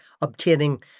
obtaining